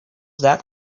that